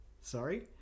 sorry